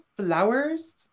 flowers